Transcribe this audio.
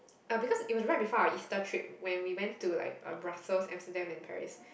uh it was right before our Easter trip when we went to like uh Brussels Amsterdam and Paris